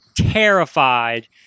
terrified